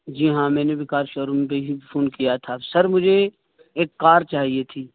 جی ہاں میں نے وکاس شو روم پہ ہی فون کیا تھا اب سر مجھے ایک کار چاہیے تھی